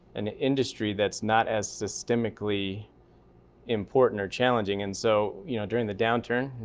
an industry that's not as systemically important or challenging and so, you know, during the downturn,